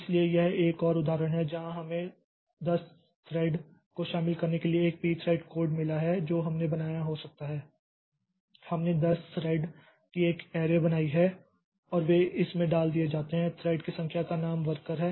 इसलिए यह एक और उदाहरण है जहां हमें 10 थ्रेड को शामिल करने के लिए एक prthread कोड मिला है जो हमने बनाया हो सकता है हमने 10 थ्रेड की एक ऐरे बनाई है और वे इस में डाल दिए जाते हैं थ्रेड की संख्या का नाम वर्कर है